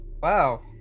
wow